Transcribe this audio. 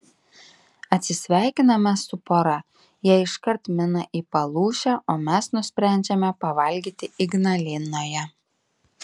atsisveikiname su pora jie iškart mina į palūšę o mes nusprendžiame pavalgyti ignalinoje